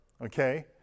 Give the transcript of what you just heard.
okay